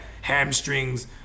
hamstrings